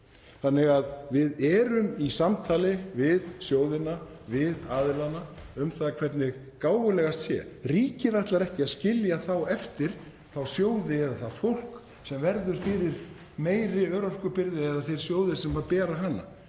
Þannig að við erum í samtali við sjóðina, við aðila um það hvað sé gáfulegast. Ríkið ætlar ekki að skilja eftir þá sjóði eða það fólk sem verður fyrir meiri örorkubyrði eða þá sjóði sem bera hana.